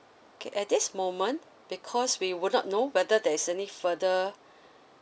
okay at this moment because we would not know whether there's any further